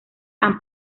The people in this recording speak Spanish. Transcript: han